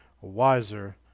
wiser